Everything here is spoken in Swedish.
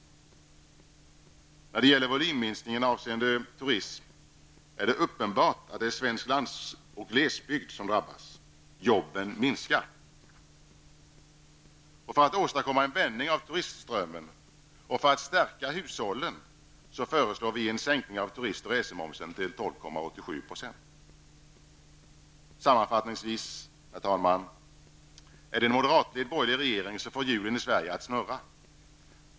När det gäller volymminskningen avseende turismen är det uppenbart att det är svensk landsoch glesbygd som har drabbats. Jobben minskar. För att åstadkomma en vändning av turistströmmen och föra att stärka hushållen föreslår vi en sänkning av turist och resemomsen till 12,87 %. Sammanfattningsvis, herr talman, är det en moderatledd borgerlig regering som får hjulen i Sverige att snurra.